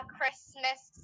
Christmas